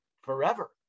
forever